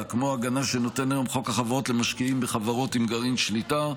כמו ההגנה שנותן היום חוק החברות למשקיעים בחברות עם גרעין שליטה.